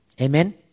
Amen